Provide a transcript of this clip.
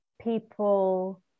people